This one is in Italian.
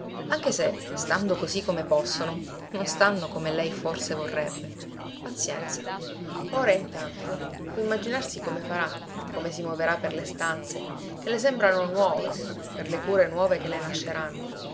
anche se stando così come possono non stanno come lei forse vorrebbe pazienza ora intanto può immaginarsi come farà come si moverà per le stanze che le sembrano nuove per le cure nuove che le nasceranno